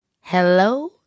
hello